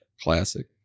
Classic